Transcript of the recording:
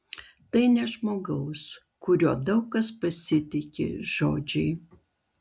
tai ne žmogaus kuriuo daug kas pasitiki žodžiai